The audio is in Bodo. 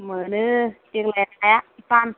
मोनो देग्लाइ नाया